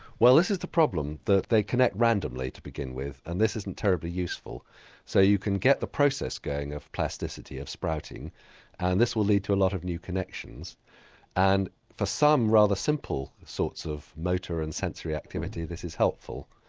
well this is the problem that they connect randomly to begin with and this isn't terribly useful so you can get the process going of plasticity, of sprouting and this will lead to a lot of new connections and for some rather simple sorts of motor and sensory activity this is helpful.